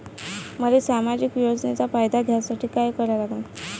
मले सामाजिक योजनेचा फायदा घ्यासाठी काय करा लागन?